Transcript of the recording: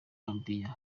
gambiya